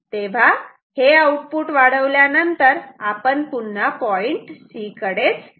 तेव्हा हे आउटपुट वाढवल्यानंतर आपण पुन्हा पॉईंट C कडेच येतो